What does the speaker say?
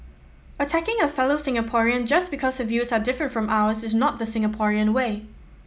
attacking a fellow Singaporean just because her views are different from ours is not the Singaporean way